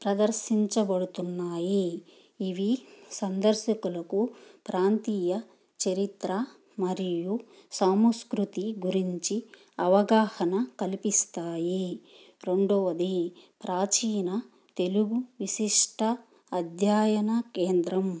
ప్రదర్శించబడుతున్నాయి ఇవి సందర్శకులకు ప్రాంతీయ చరిత్ర మరియు సాముస్కృతి గురించి అవగాహన కల్పిస్తాయి రెండోది ప్రాచీన తెలుగు విశిష్ట అధ్యాయన కేంద్రం